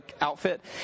outfit